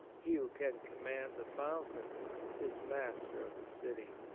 he who can command the fountains is master of the city.